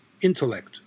intellect